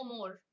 More